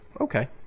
Okay